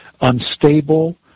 unstable